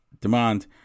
demand